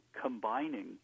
combining